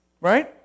Right